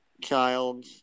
child